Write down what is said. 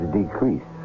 decrease